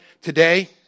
today